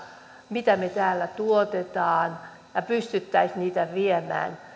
mitä me täällä tuotamme ja pystyisimme viemään